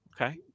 Okay